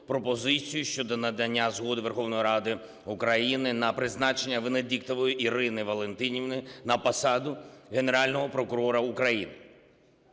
пропозицію щодо надання згоди Верховної Ради України на призначення Венедіктової Ірини Валентинівни на посаду Генерального прокурора України.